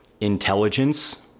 intelligence